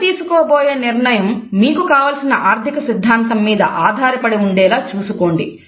మీరు తీసుకోబోయే నిర్ణయం మీకు కావలసిన ఆర్థిక సిద్ధాంతం మీద ఆధారపడి ఉండేలా చూసుకోండి